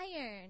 iron